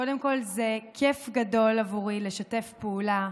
קודם כול, זה כיף גדול בעבורי לשתף פעולה,